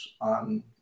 on